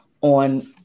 on